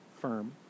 firm